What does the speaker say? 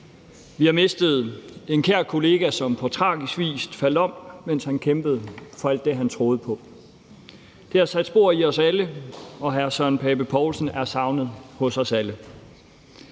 Vi har mistet en kær kollega, som på tragisk vis faldt om, mens han kæmpede for alt det, han troede på. Det har sat spor i os alle, og hr. Søren Pape Poulsen er savnet hos os alle.